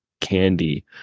candy